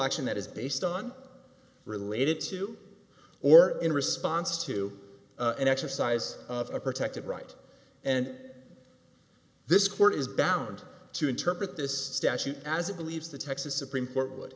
action that is based on related to or in response to an exercise of a protected right and this court is bound to interpret this statute as it believes the texas supreme court